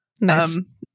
nice